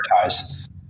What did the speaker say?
prioritize